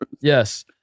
Yes